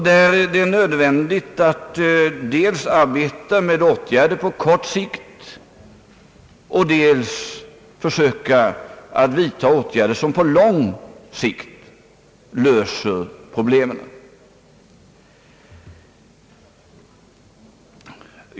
Där blir det nödvändigt att arbeta med åtgärder både på kort och på lång sikt för att söka lösa problemen.